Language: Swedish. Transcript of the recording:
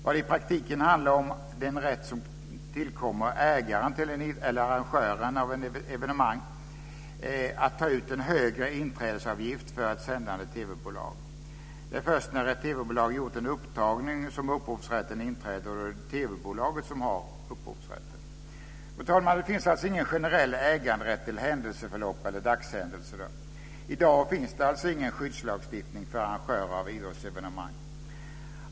Vad det i praktiken handlar om är den rätt, som tillkommer ägaren till en idrottsanläggning eller arrangören av ett evenemang, att ta ut en högre inträdesavgift för ett sändande TV-bolag. Det är först när ett TV-bolag gjort en upptagning som upphovsrätten inträder, och då är det TV-bolaget som får upphovsrätten. Fru talman! Det finns alltså ingen generell äganderätt till händelseförlopp eller dagshändelser. I dag finns ingen skyddslagstiftning för arrangörer av idrottsevenemang.